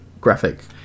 graphic